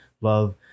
love